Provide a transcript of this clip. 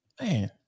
man